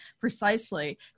precisely